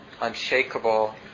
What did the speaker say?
unshakable